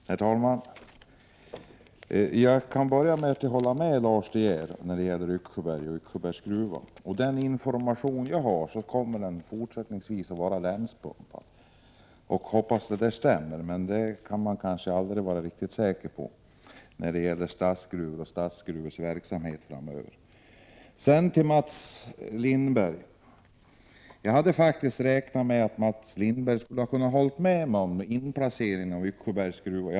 Herr talman! Till att börja med vill jag säga att jag håller med Lars De Geer när det gäller Yxsjöbruk och gruvan där. Enligt den information som jag har fått kommer gruvan även fortsättningsvis att vara länspumpad. Jag hoppas att det också blir så. Riktigt säker kan man nog aldrig vara när det gäller statens gruvor och verksamheten där framöver. Jag hade faktiskt räknat med att Mats Lindberg skulle hålla med mig i fråga om placeringen av Yxsjöbergs gruva.